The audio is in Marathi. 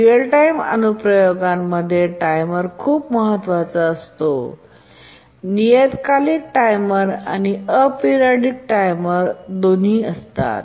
रिअल टाइम अनुप्रयोगांमध्ये टाइमर खूप महत्वाचा असतो पेरियॉडिक टाइमर आणि अॅपरियोडिक टाइमर दोन्ही असतात